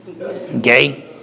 Okay